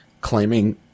claiming